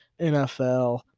NFL